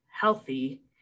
healthy